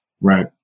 Right